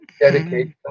Dedicate